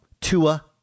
Tua